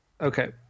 Okay